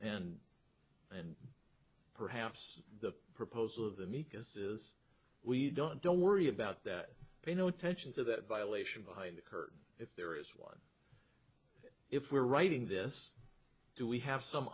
and and perhaps the proposal of the mika's is we don't don't worry about that pay no attention to that violation behind the curtain if there is one if we are writing this do we have some